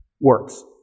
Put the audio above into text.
works